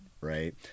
right